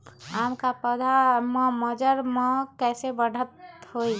आम क पौधा म मजर म कैसे बढ़त होई?